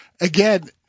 again